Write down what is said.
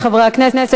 תודה לחברי הכנסת.